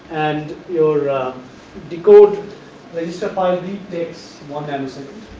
and your decode register file the takes one nano second,